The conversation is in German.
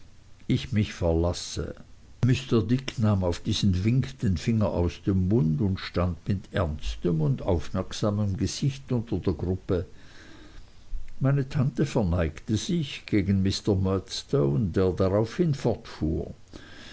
ich mich verlasse mr dick nahm auf diesen wink den finger aus dem mund und stand mit ernstem und aufmerksamem gesicht unter der gruppe meine tante verneigte sich gegen mr murdstone der daraufhin fortfuhr